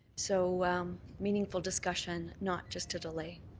so meaningful discussion, not just a delay,